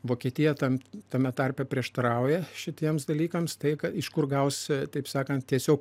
vokietija tam tame tarpe prieštarauja šitiems dalykams tai ką iš kur gausi taip sakant tiesiog